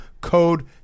code